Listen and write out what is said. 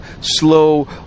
slow